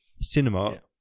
Cinema